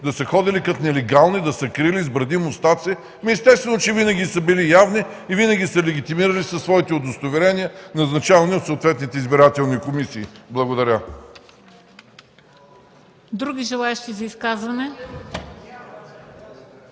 да са ходили като нелегални, да са се криели с бради и с мустаци? Естествено е, че винаги са били явни и винаги са се легитимирали със своите удостоверения, назначавани от съответните избирателни комисии. Благодаря.